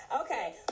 Okay